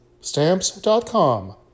stamps.com